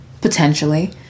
potentially